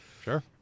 Sure